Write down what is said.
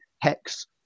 Hex